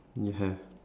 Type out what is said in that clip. no have